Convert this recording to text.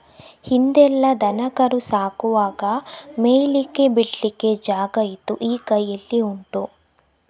ಹಿಂದೆಲ್ಲ ದನ ಕರು ಸಾಕುವಾಗ ಮೇಯ್ಲಿಕ್ಕೆ ಬಿಡ್ಲಿಕ್ಕೆ ಜಾಗ ಇತ್ತು ಈಗ ಎಲ್ಲಿ ಉಂಟು